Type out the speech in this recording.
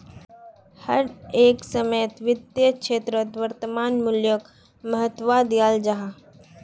हर एक समयेत वित्तेर क्षेत्रोत वर्तमान मूल्योक महत्वा दियाल जाहा